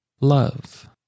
love